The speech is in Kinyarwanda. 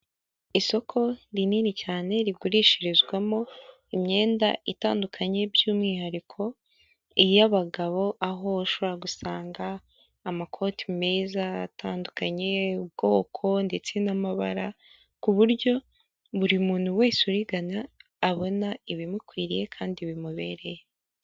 Isoko rinini cyane rigurishirizwamo imyenda itandukanye by'umwihariko iy'abagabo, ahoshobora gusanga amakoti meza atandukanye ubwoko ndetse n'amabara ku buryo buri muntu wese urigana abona ibimukwiriye kandi bimubereye.